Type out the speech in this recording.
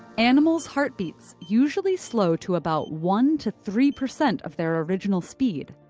animals' heartbeats usually slow to about one to three percent of their original speed,